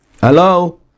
Hello